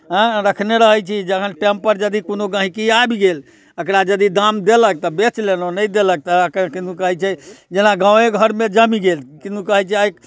आँय रखने रहै छी जखन टाइमपर यदि कोनो गहिँकी आबि गेल एकरा यदि दाम देलक तऽ बेच लेलहुँ नहि देलक तऽ किदुन कहै छै जेना गामे घरमे जमि गेल किदुन कहै छै